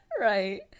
Right